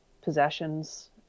possessions